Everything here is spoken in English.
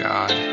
God